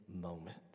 moment